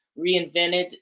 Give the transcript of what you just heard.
Reinvented